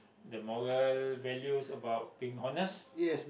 the moral values about being honest